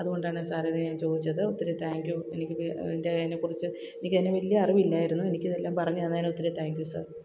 അതുകൊണ്ടാണ് സാറിത് ഞാന് ചോദിച്ചത് ഒത്തിരി താങ്ക് യു എനിക്കിപ്പോള് അതിന്റെ അതിനെ കുറിച്ച് എനിക്കതിനെ വലിയ അറിവില്ലായിരുന്നു എനിക്കിതെല്ലാം പറഞ്ഞുതന്നതിനൊത്തിരി താങ്ക് യു സാര്